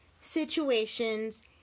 situations